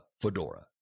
Fedora